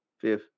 fifth